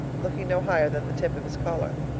looking no higher than the tip of his collar.